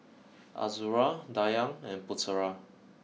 Azura Dayang and Putera